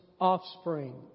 offspring